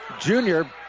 junior